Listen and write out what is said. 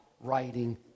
writing